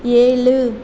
ஏழு